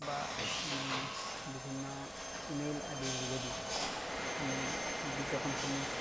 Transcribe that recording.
বা বিভিন্ন email আদিৰ যোগেদি আমি বিজ্ঞাপনসমূহ